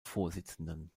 vorsitzenden